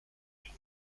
rue